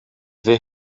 they